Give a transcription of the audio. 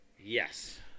yes